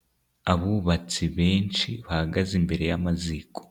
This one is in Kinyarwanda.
Abubatsi benshi bahagaze imbere y'amaziko.